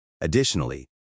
Additionally